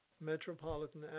Metropolitan